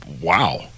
wow